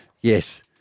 Yes